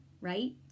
right